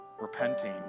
repenting